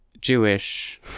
Jewish